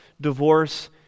divorce